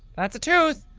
that's a tooth.